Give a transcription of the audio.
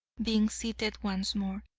being seated once more.